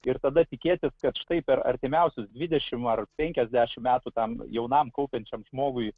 ir tada tikėtis kad štai per artimiausius dvidešimt ar penkiasdešimt metų tam jaunam kaupiančiam žmogui